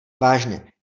vážně